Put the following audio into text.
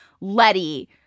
Letty